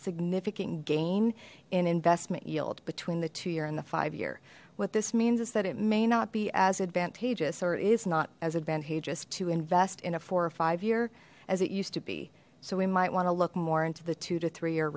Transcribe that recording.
significant gain in investment yield between the two year and the five year what this means is that it may not be as advantageous or is not as advantageous to invest in a four or five year as it used to be so we might want to look more into the two to three